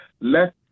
let